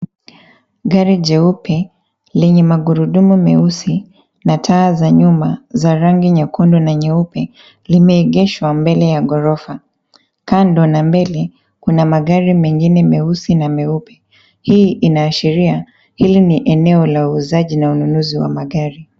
Gari jeupe lenye magurudumu meusi na taa za nyuma za rangi nyekundu na nyeupe limeegeshwa mbele ya gorofa, kando na mbele kuna magari mengine meusi na meupe. Hii inaashiria hii ni eneo la uuzaji na ununuzi wa magari.